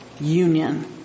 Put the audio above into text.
Union